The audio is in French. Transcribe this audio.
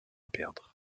perdre